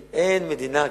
כי אין מדינה כמעט,